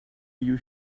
you